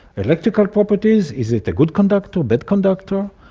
electrical properties is it a good conductor, bad conductor?